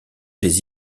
des